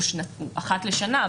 הוא אחת לשנה,